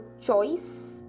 choice